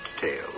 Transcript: tale